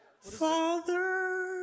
Father